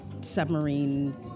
submarine